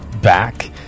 back